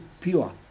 pure